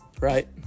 Right